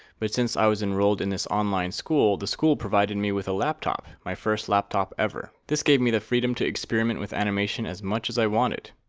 but since i was enrolled in this online school, the school provided me with a laptop my first laptop ever! this gave me the freedom to experiment with animation as much as i wanted!